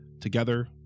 Together